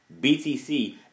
BTC